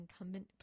incumbent